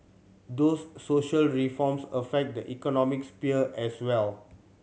these social reforms affect the economic sphere as well